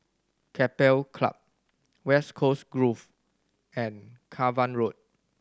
Keppel Club West Coast Grove and Cavan Road